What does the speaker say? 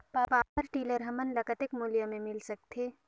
Power tiller हमन ल कतेक मूल्य मे मिल सकथे?